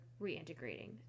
reintegrating